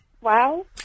Wow